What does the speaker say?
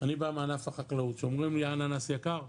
אני בא מענף החקלאות, וכשאומרים לי 'האננס יקר',